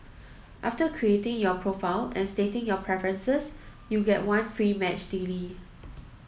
after creating your profile and stating your preferences you get one free match daily